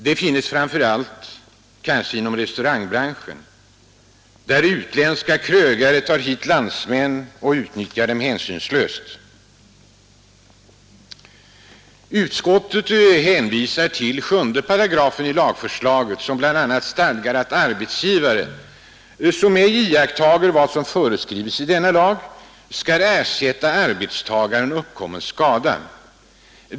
De finns kanske särskilt inom restaurangbranschen, där utländska krögare tar hit landsmän och utnyttjar dem hänsynslöst. Utskottet hänvisar till 7 § i lagförslaget som bla. stadgar att arbetsgivare, som ej iakttager vad som föreskrives i denna lag, skall ersätta arbetstagaren uppkommen skada.